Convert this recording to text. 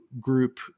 group